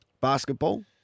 Basketball